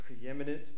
preeminent